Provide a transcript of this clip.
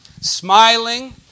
smiling